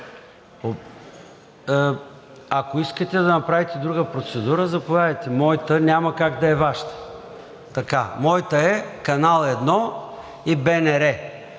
Ако искате да направите друга процедура, заповядайте, моята няма как да е Вашата. Моята е Канал 1 и БНР.